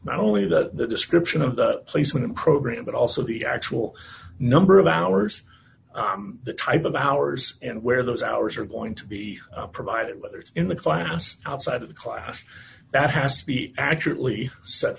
not only the description of the placement program but also the actual number of hours the type of hours and where those hours are going to be provided whether it's in the class outside of class that has to be accurately set